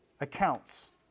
accounts